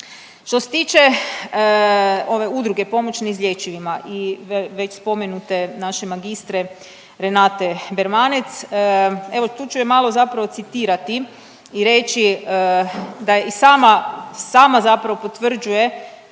Što se tile ove Udruge pomoć neizlječivima i već spomenute naše magistre Renate Bermanec, evo tu ću je malo zapravo citirati i reći da je i sama, sama zapravo potvrđuje